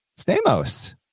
Stamos